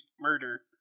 murder